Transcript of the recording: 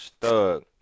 Thug